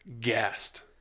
gassed